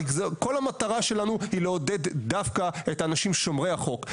הרי כל המטרה שלנו היא לעודד דווקא את האנשים שומרי החוק.